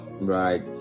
right